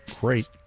great